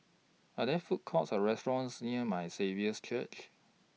Are There Food Courts Or restaurants near My Saviour's Church